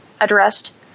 Addressed